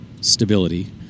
Stability